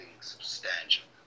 substantial